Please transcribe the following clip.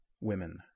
women